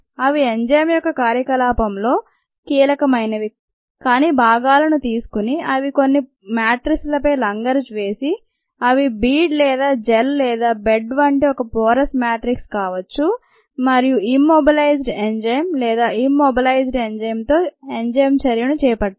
అవి ఎంజైమ్ యొక్క కార్యకలాపం లో కీలకమైనవి కాని భాగాలను తీసుకొని అవి కొన్ని మాట్రిస్ పై లంగరు వేసి అవి బీడ్ లేదా జెల్ లేదా బెడ్ వంటి ఒక పోరస్ మ్యాట్రిక్స్ కావచ్చు మరియు ఇమ్మొబిలైజ్డ్ ఎంజైమ్ లేదా ఇమ్మొబలైజ్డ్ ఎంజైమ్ తో ఎంజైమ్ చర్య ను చేపట్టాయి